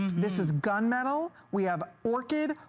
this is gunmetal, we are working,